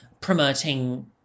promoting